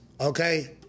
okay